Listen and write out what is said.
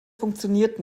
funktioniert